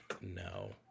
No